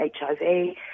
HIV